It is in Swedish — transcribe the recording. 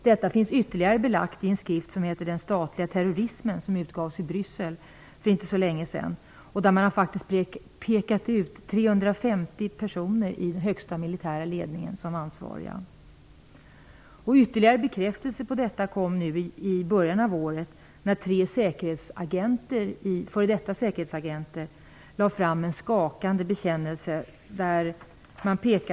Detta finns ytterligare belagt i en skrift som heter Den statliga terrorismen, som utgavs i Bryssel för inte så länge sedan. Man har i den pekat ut 350 personer i den högsta militära ledningen som ansvariga. Ytterligare bekräftelse kom nu i början av året när tre f.d. säkerhetsagenter lade fram en skakande bekännelse.